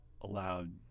allowed